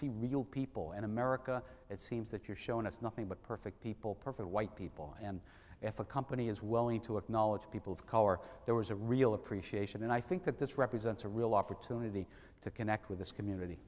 see real people in america it seems that you're showing us nothing but perfect people perfect white people and if a company is willing to acknowledge people of color there was a real appreciation and i think that this represents a real opportunity to connect with this community